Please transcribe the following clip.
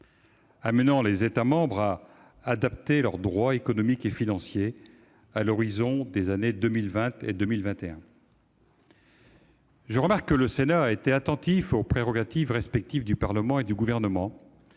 amenant les États membres à adapter leur droit économique et financier à l'horizon des années 2020 et 2021. Je remarque que le Sénat a été attentif aux prérogatives respectives du Parlement et du Gouvernement,